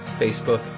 Facebook